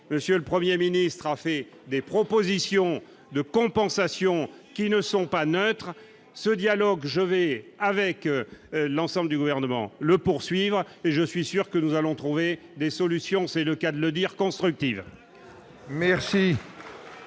monsieur le 1er ministre a fait des propositions de compensation qui ne sont pas neutres ce dialogue, je vais avec l'ensemble du gouvernement, le poursuivre et je suis sûr que nous allons trouver des solutions, c'est le cas de le dire constructive.